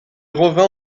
revint